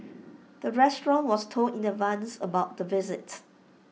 the restaurant was told in advance about the visits